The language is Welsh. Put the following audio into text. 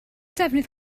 defnydd